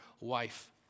wife